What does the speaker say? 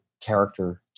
character